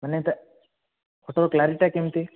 ମାନେ ଏଇଟା ଫୋଟୋର କଲାରିଟିଟା କେମିତି